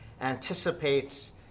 anticipates